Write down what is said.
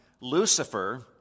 Lucifer